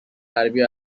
غربی